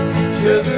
Sugar